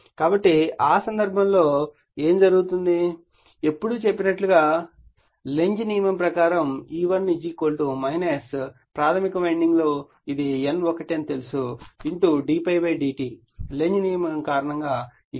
కాబట్టి ఆ సందర్భంలో ఏమి జరుగుతుంది ఎప్పుడూ చెప్పినట్లుగా లెంజ్ నియమం ప్రకారం E1 ప్రాధమిక వైండింగ్ లో ఇది N1 అని తెలుసు d ∅ dt లెంజ్ నియమం కారణంగా ఈ గుర్తు వస్తుంది